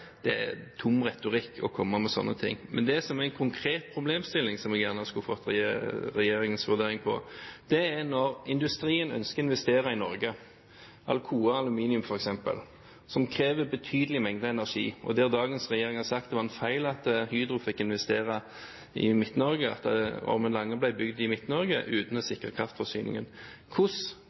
det er tom retorikk å komme med slike ting. Men det er en konkret problemstilling som jeg gjerne skulle fått regjeringens vurdering av. Industrien ønsker å investere i Norge, Alcoa Aluminium f.eks., som krever betydelige mengder energi, og dagens regjering har sagt at det var en feil at Hydro fikk investere i Midt-Norge, at Ormen Lange ble bygd i Midt-Norge uten å sikre kraftforsyningen. Hvordan